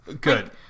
Good